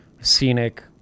scenic